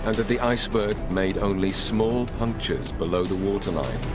and that the iceberg made only small punctures below the waterline.